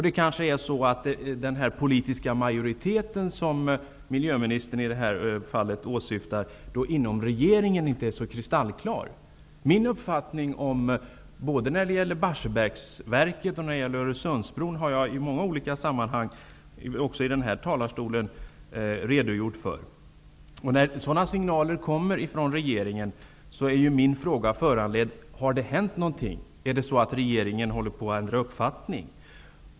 Den politiska majoriteten inom regeringen, som miljöministern i detta fall syftar på, kanske inte är så kristallklar. Min uppfattning både när det gäller Barsebäcksverket och Öresundsbron har jag i många olika sammanhang, också från denna talarstol, redogjort för. När signaler som dessa kommer från regeringen, föranleder det mig att fråga: Har det hänt någonting? Håller regeringen på att ändra uppfattning?